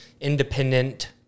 independent